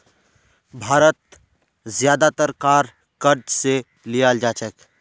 भारत ज्यादातर कार क़र्ज़ स लीयाल जा छेक